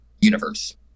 universe